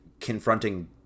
confronting